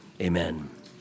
amen